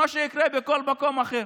עובדי משמר הכנסת,